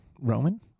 Roman